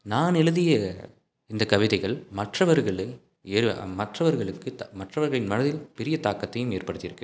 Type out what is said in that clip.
நான் எழுதிய இந்த கவிதைகள் மற்றவர்களை ஏ மற்றவர்களுக்கு த மற்றவர்களின் மனதில் பெரிய தாக்கத்தையும் ஏற்படுத்தி இருக்கு